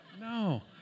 No